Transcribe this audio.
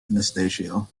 anastasio